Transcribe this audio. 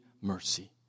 mercy